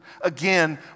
again